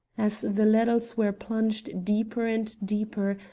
as the ladles were plunged deeper and deeper,